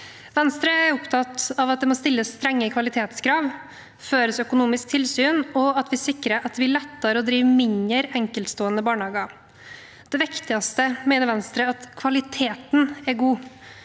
Venstre er opptatt av at det må stilles strenge kvalitetskrav og føres økonomisk tilsyn, og å sikre at det blir lettere å drive mindre, enkeltstående barnehager. Det viktigste, mener Venstre, er at kvaliteten er god,